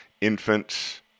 infants